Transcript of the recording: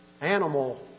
animal